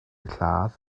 lladd